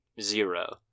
zero